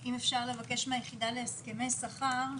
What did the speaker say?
אם אפשר לבקש מהיחידה להסכמי שכר,